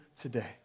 today